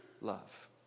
love